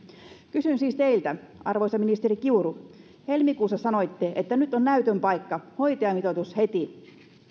kysyn siis teiltä arvoisa ministeri kiuru helmikuussa sanoitte että nyt on näytön paikka hoitajamitoitus heti